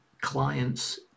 clients